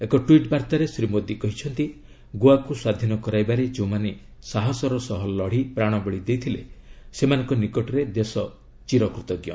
ଏକ ଟ୍ୱିଟ୍ ବାର୍ତ୍ତାରେ ଶ୍ରୀ ମୋଦି କହିଛନ୍ତି ଗୋଆକୁ ସ୍ୱାଧୀନ କରାଇବାରେ ଯେଉଁମାନେ ସାହସର ସହ ଲଢ଼ି ପ୍ରାଣବଳି ଦେଇଥିଲେ ସେମାନଙ୍କ ନିକଟରେ ଦେଶ ଚିରକୃତଜ୍ଞ